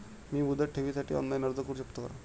मी मुदत ठेवीसाठी ऑनलाइन अर्ज करू शकतो का?